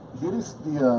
here is the,